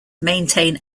maintain